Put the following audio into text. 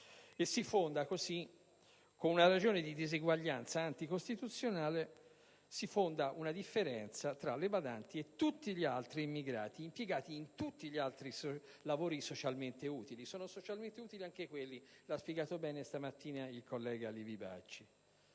e si fonda così, con una ragione di diseguaglianza anticostituzionale, una differenza tra le badanti e tutti gli altri immigrati impiegati in tutti gli altri lavori socialmente utili. Sono socialmente utili anche quelli, come ha spiegato bene questa mattina il collega Livi Bacci.